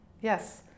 Yes